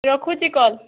ରଖୁଛି କଲ